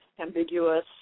ambiguous